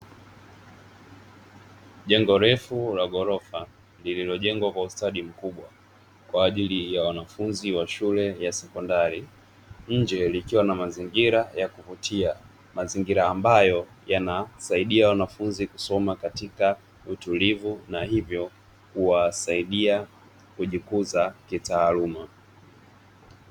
Jengo refu la ghorofa lililojengwa kwa ustadi mkubwa, kwa ajili ya wanafunzi wa shule ya sekondari nje likiwa na mazingira ya kuvutia mazingira ambayo yanasaidia wanafunzi kusoma katika utulivu na hivyo kuwasaidia kujikuza kitaaluma.